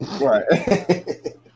right